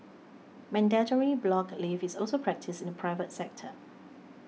mandatory block leave is also practised in private sector